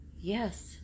yes